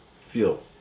feel